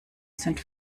sind